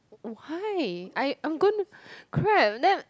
oh hi I'm I'm gonna crap